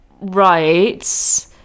Right